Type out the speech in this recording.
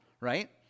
Right